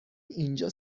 اینجا